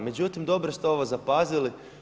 Međutim, dobro ste ovo zapazili.